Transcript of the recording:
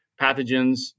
pathogens